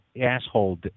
asshole